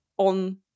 on